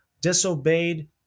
disobeyed